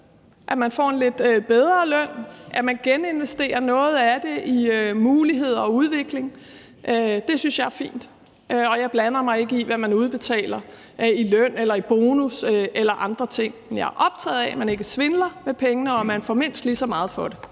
at man får en lidt bedre løn, eller at man geninvesterer noget af det i muligheder og udvikling? Det synes jeg er fint, og jeg blander mig ikke i, hvad man udbetaler i løn eller i bonus eller andre ting. Men jeg er optaget af, at man ikke svindler med pengene, og at man får mindst lige så meget for det.